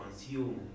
consume